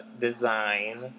design